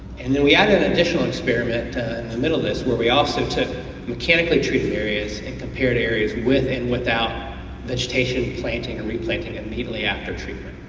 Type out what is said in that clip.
and and we add an additional experiment to the middleists where we also took mechanical treatment areas and compared areas with and without vegetation planting and replanting immediately after treatment.